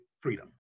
freedom